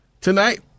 Tonight